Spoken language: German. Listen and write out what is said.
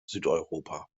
südeuropa